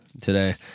today